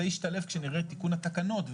זה ישתלב כשנראה את תיקון התקנות,